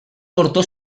cortó